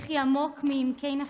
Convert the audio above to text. בכי עמוק מעמקי נפשה,